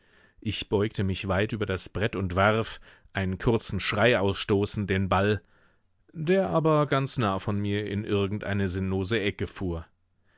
ich beugte mich weit über das brett und warf einen kurzen schrei ausstoßend den ball der aber ganz nah von mir in irgend eine sinnlose ecke fuhr